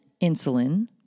insulin